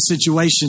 situation